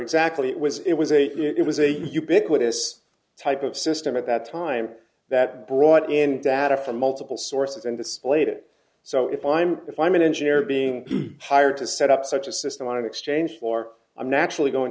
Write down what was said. exactly it was it was a it was a ubiquitous type of system at that time that brought in data from multiple sources and displayed it so if i'm if i'm an engineer being hired to set up such a system on an exchange floor i'm actually going